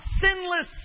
sinless